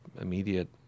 immediate